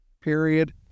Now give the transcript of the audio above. period